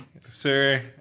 sir